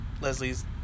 Leslie's